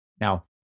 Now